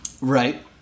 Right